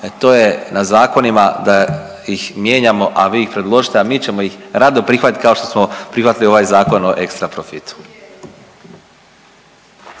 to je na zakonima da ih mijenjamo a vi ih predložite, a mi ćemo ih rado prihvatiti kao što smo prihvatili ovaj Zakon o ekstra profitu.